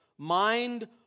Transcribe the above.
mind